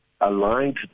aligned